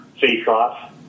face-off